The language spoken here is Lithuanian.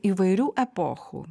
įvairių epochų